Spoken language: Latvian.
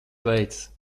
veicas